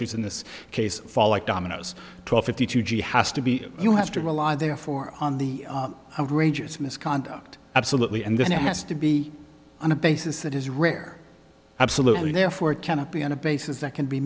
issues in this case fall like dominoes twelve fifty two g has to be you have to rely therefore on the outrageous misconduct absolutely and then it has to be on a basis that is rare absolutely therefore it cannot be on a basis that can be